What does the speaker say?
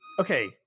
okay